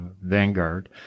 Vanguard